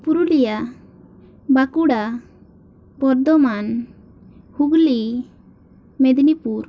Purulia Bankura Bardhaman Hooghly Midnapore